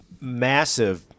massive